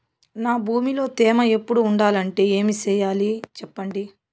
నా భూమిలో తేమ ఎప్పుడు ఉండాలంటే ఏమి సెయ్యాలి చెప్పండి?